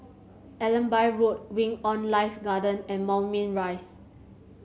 Allenby Road Wing On Life Garden and Moulmein Rise